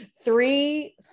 three